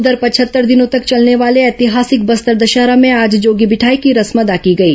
उधर पचहत्तर दिनों तक चलने वाले ऐतिहासिक बस्तर दशहरा में आज जोगी बिठाई की रस्म अदा की गई